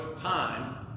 time